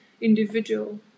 individual